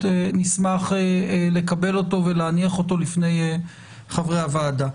נשמח לקבל אותו ולהניח אותו בפני חברי הוועדה.